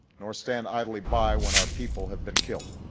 nor stand idly by when our people have been killed.